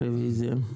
רוויזיה.